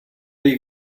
you